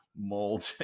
mold